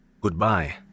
goodbye